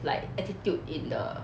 like attitude in the